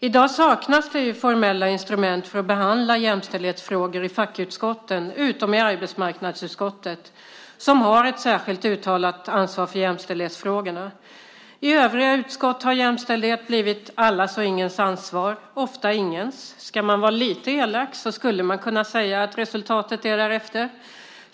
I dag saknas det formella instrument för att behandla jämställdhetsfrågor i fackutskotten, utom i arbetsmarknadsutskottet som har ett särskilt uttalat ansvar för jämställdhetsfrågorna. I övriga utskott har jämställdhet blivit allas och ingens ansvar, ofta ingens. Ska man vara lite elak skulle man kunna säga att resultatet är därefter.